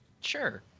Sure